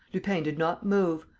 lupin did not move.